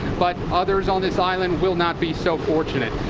but others on this island will not be so fortunate.